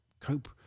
cope